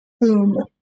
boom